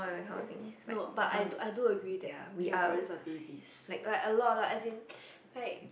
no but I do I do agree that Singaporeans are babies like a lot like as in like